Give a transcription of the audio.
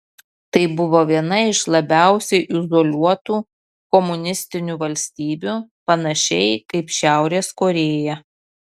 tai buvo viena iš labiausiai izoliuotų komunistinių valstybių panašiai kaip šiaurės korėja